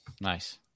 Nice